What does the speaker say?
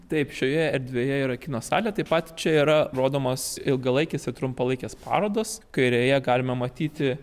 taip šioje erdvėje yra kino salė taip pat čia yra rodomos ilgalaikės trumpalaikės parodos kurioje galima matyti